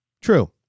True